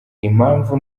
impamvu